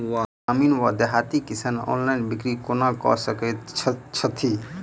ग्रामीण वा देहाती किसान ऑनलाइन बिक्री कोना कऽ सकै छैथि?